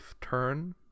turn